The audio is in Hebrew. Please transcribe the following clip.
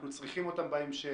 אנחנו צריכים אותם בהמשך.